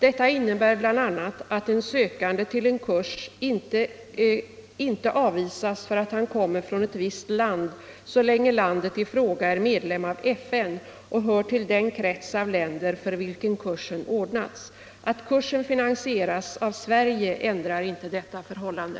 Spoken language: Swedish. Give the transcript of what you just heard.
Detta innebär bl.a. att en sökande till en kurs inte avvisas för att han kommer från ett visst land så länge landet i fråga är medlem av FN och hör till den krets av länder för vilken kursen ordnats. Att kursen finansieras av Sverige ändrar inte detta förhållande.